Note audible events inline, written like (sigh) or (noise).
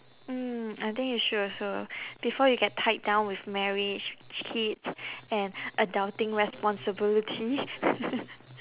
mm I think you should also before you get tied down with marriage kids and adulting responsibility (noise)